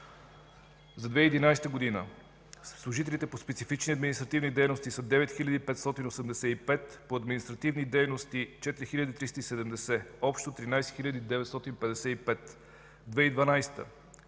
За 2011 г. служителите по специфични административни дейности са 9585; по административни дейности – 4370, общо 13 955. 2012